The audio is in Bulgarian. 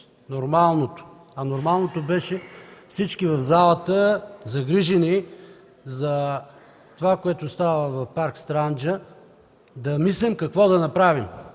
нормалното, а то беше всички в залата загрижени за това, което става в парк „Странджа”, да мислим какво да направим,